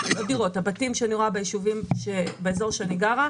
הבתים שאני רואה ביישובים באיזור שאני גרה,